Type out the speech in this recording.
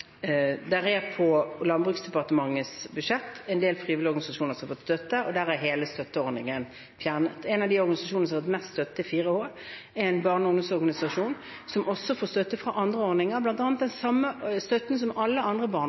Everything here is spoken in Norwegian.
en del frivillige organisasjoner som har fått støtte, der hele støtteordningen er fjernet. En av de organisasjonene som har fått mest støtte, er 4H, en barne- og ungdomsorganisasjon som også får støtte fra andre ordninger, bl.a. den samme støtten som alle andre